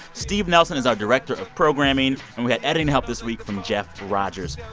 steve nelson is our director of programming, and we had editing help this week from jeff rogers.